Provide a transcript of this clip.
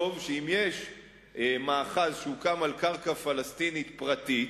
שאם יש מאחז שהוקם על קרקע פלסטינית פרטית,